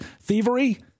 thievery